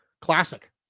classic